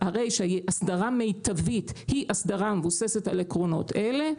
הרישא היא אסדרה מיטבית היא אסדרה המבוססת על עקרונות אלה.